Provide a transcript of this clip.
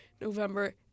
november